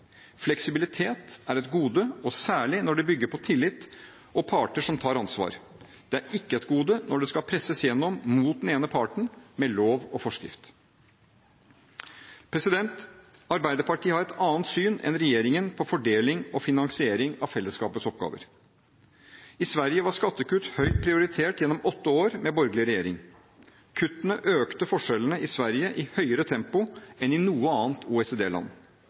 Fleksibilitet er et gode og særlig når det bygger på tillit og parter som tar ansvar. Det er ikke et gode når det skal presses gjennom mot den ene parten, med lov og forskrift. Arbeiderpartiet har et annet syn enn regjeringen på fordeling og finansiering av fellesskapets oppgaver. I Sverige var skattekutt høyt prioritert gjennom åtte år med borgerlig regjering. Kuttene økte forskjellene i Sverige i høyere tempo enn i noe annet